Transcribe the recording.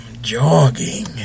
jogging